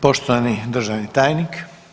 Poštovani državni tajnik.